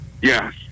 yes